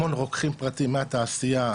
המון רוקחים פרטיים מהתעשייה,